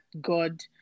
God